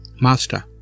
Master